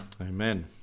Amen